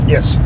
Yes